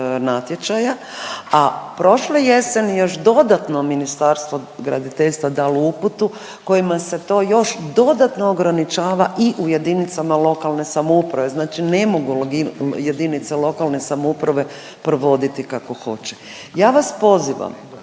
a prošle jeseni još dodatno Ministarstvo graditeljstva dalo uputu kojima se to još dodatno ograničava i u jedinicama lokalne samouprave. Znači ne mogu jedinice lokalne samouprave provoditi kako hoće. Ja vas pozivam